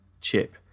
chip